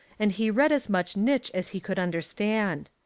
and he read as much nitch as he could understand.